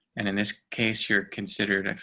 and in this case, you're considered